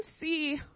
see